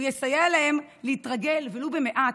הוא יסייע להם להתרגל, ולו במעט,